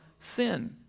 sin